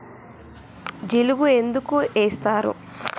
జిలుగు ఎందుకు ఏస్తరు?